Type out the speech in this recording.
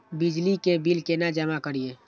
बिजली के बिल केना जमा करिए?